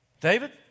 David